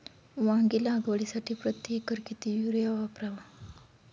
वांगी लागवडीसाठी प्रति एकर किती युरिया वापरावा?